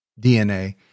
DNA